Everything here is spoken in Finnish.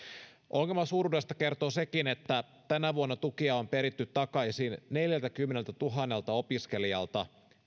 ongelman suuruudesta kertoo sekin että tänä vuonna tukia on peritty takaisin neljältäkymmeneltätuhannelta opiskelijalta